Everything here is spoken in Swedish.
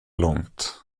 långt